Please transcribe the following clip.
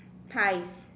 pie